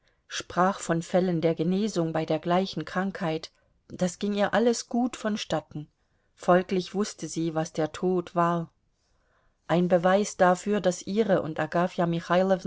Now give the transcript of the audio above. sprach von fällen der genesung bei der gleichen krankheit das ging ihr alles gut vonstatten folglich wußte sie was der tod war ein beweis dafür daß ihre und agafja